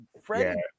Freddie